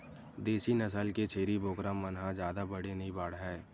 देसी नसल के छेरी बोकरा मन ह जादा बड़े नइ बाड़हय